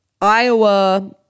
Iowa –